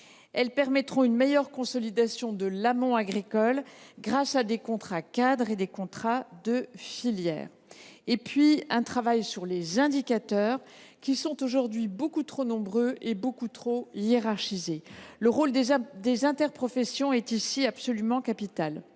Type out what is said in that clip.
elle permettra une meilleure consolidation de l’amont agricole grâce à des contrats cadres et à des contrats de filière. En second lieu, un travail s’impose sur les indicateurs, qui sont aujourd’hui beaucoup trop nombreux et hiérarchisés. Le rôle des interprofessions est ici absolument capital.